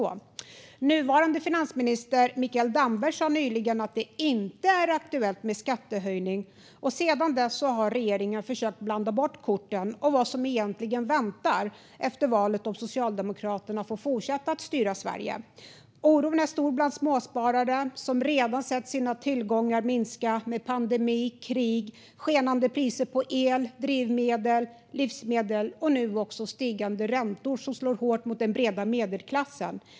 Den nuvarande finansministern Mikael Damberg sa nyligen att det inte är aktuellt med skattehöjning, och sedan dess har regeringen försökt blanda bort korten när det gäller vad som egentligen väntar efter valet om Socialdemokraterna får fortsätta att styra Sverige. Oron är stor bland småsparare, som redan har fått se sina tillgångar minska, med pandemi, krig, skenande priser på el, drivmedel och livsmedel och nu också stigande räntor, vilket slår hårt mot den breda medelklassen.